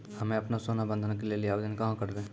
हम्मे आपनौ सोना बंधन के लेली आवेदन कहाँ करवै?